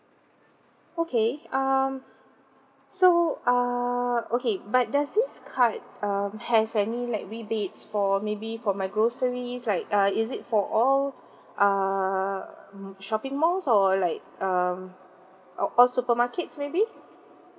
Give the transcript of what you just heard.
okay um so err okay but does this card um has any like rebates for maybe for my groceries like uh is it for all err shopping malls or like um all supermarkets maybe